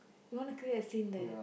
you wanna create a scene there